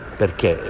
perché